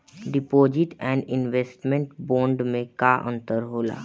Deposit and investment bond मे का अंतर होला?